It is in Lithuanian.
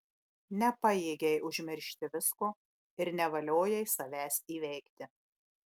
nepajėgei užmiršti visko ir nevaliojai savęs įveikti